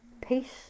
Peace